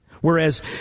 whereas